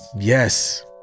Yes